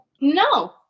No